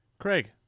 Craig